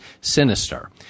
sinister